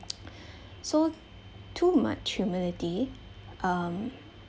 so too much humility um